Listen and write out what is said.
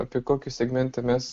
apie kokį segmentą mes